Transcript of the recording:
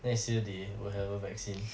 next year they will have a vaccine